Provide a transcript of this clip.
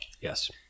Yes